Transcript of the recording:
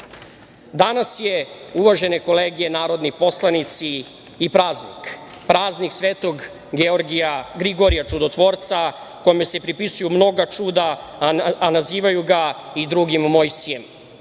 je, uvažene kolege narodni poslanici, i praznik, praznik Svetog Grigorija Čudotvorca, kome se pripisuju mnoga čuda, a nazivaju ga i drugim Mojsijem.